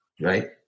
right